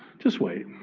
just wait.